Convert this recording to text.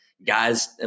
Guys